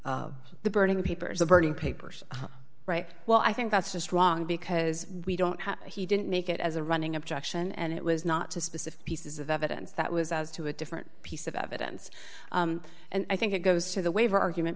something the burning papers the burning papers right well i think that's just wrong because we don't have he didn't make it as a running objection and it was not to specific pieces of evidence that was to a different piece of evidence and i think it goes to the waiver argument